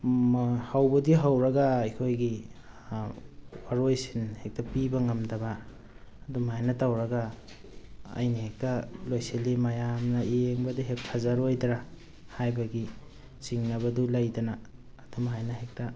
ꯍꯧꯕꯗꯤ ꯍꯧꯔꯒ ꯑꯩꯈꯣꯏꯒꯤ ꯋꯥꯔꯣꯏꯁꯤꯟ ꯍꯦꯛꯇ ꯄꯤꯕ ꯉꯝꯗꯕ ꯑꯗꯨꯝꯍꯥꯏꯅ ꯇꯧꯔꯒ ꯑꯩꯅ ꯍꯦꯛꯇ ꯂꯣꯏꯁꯜꯂꯤ ꯃꯌꯥꯝꯅ ꯌꯦꯡꯕꯗ ꯍꯦꯛ ꯐꯖꯔꯣꯏꯗ꯭ꯔꯥ ꯍꯥꯏꯕꯒꯤ ꯆꯤꯡꯅꯕꯗꯨ ꯂꯩꯇꯅ ꯑꯗꯨꯃꯥꯏꯅ ꯍꯦꯛꯇ